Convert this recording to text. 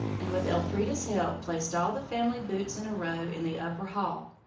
and, with elfrida's help, placed all the family boots in a row in the upper hall.